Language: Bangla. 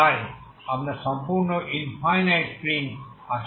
তাই আপনার সম্পূর্ণ ইনফাইনাইট স্ট্রিং আছে